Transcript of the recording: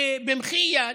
ובמחי יד,